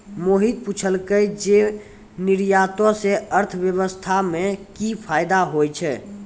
मोहित पुछलकै जे निर्यातो से अर्थव्यवस्था मे कि फायदा होय छै